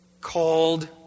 Called